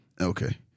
Okay